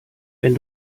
wenn